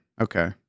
Okay